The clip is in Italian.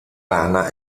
rana